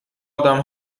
ادم